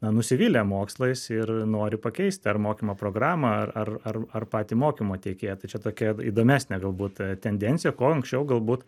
nusivylę mokslais ir nori pakeisti ar mokymo programą ar ar ar ar patį mokymo tiekėją tai čia tokia įdomesnė galbūt tendencija ko anksčiau galbūt